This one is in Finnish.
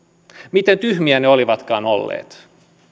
miten tyhmiä ne olivatkaan olleet